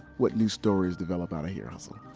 what new stories develop out of here so